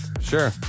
Sure